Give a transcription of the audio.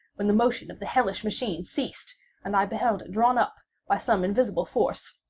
when the motion of the hellish machine ceased and i beheld it drawn up, by some invisible force,